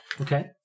Okay